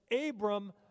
Abram